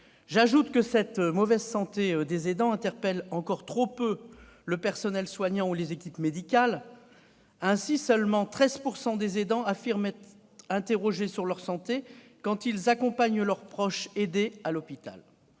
physiques. Cette mauvaise santé des aidants interpelle encore trop peu le personnel soignant ou les équipes médicales. Ainsi, seuls 13 % des aidants affirment être interrogés sur leur santé quand ils accompagnent leur proche aidé à l'hôpital.